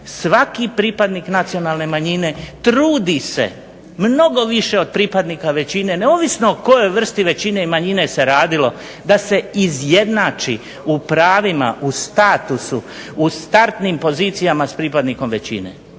svaki pripadnik nacionalne manjine trudi se mnogo više od pripadnika većine neovisno o kojoj vrsti se većine ili manjine radilo, da se izjednači u pravima, u statusu, u startnim pozicijama s pripadnikom većine.